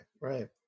Right